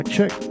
check